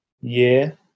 year